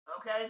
okay